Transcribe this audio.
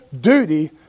duty